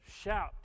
shout